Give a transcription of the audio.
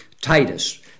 Titus